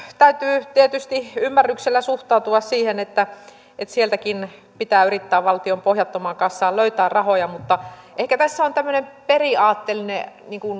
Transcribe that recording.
täytyy tietysti ymmärryksellä suhtautua siihen että että sieltäkin pitää yrittää valtion pohjattomaan kassaan löytää rahoja mutta ehkä tässä on tämmöinen periaatteellinen